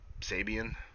Sabian